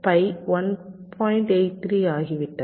83 ஆகிவிட்டது